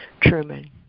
Truman